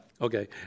okay